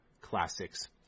classics